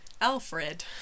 Alfred